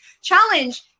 challenge